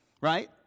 right